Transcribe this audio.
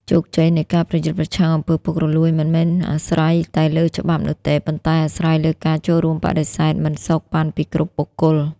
ជោគជ័យនៃការប្រយុទ្ធប្រឆាំង អំពើពុករលួយ មិនមែនអាស្រ័យតែលើច្បាប់នោះទេ ប៉ុន្តែអាស្រ័យលើការចូលរួមបដិសេធមិនសូកប៉ាន់ពីគ្រប់បុគ្គល។